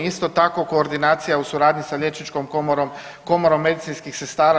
Isto tako koordinacija u suradnji sa Liječničkom komorom, Komorom medicinskih sestara.